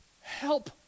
Help